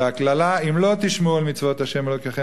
והקללה: אם לא תשמעו אל מצוות ה' אלוקכים